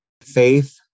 faith